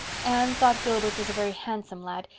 anne thought gilbert was a very handsome lad,